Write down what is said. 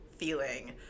feeling